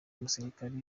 umusirikare